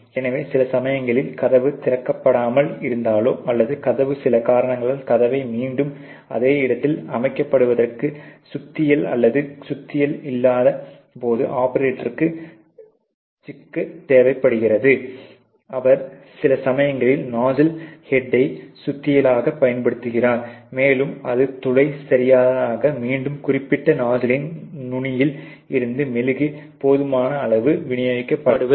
எனவே சில சமயங்களில் கதவு திறக்கப்படாமல் இருந்தாலோ அல்லது கதவு சில காரணங்களால் கதவை மீண்டும் அதே இடத்தில் அமைக்கப்படுவதற்கு சுத்தியல் அல்லது சுத்தியல் இல்லாத போது ஆபரேட்டருக்கு கிக் தேவைபடுகிறது அவர் சில சமயங்களில் நாஸ்சில் ஹெட்டை சுத்தியலாகப் பயன்படுத்துகிறார் மேலும் அது துளை சிறியதாகி மீண்டும் குறிப்பிட்ட நாஸ்சிலின் நுனியில் இருந்து மெழுகு போதுமான அளவு விநியோகிக்கப்படவதுவில்லை